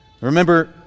Remember